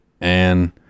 And-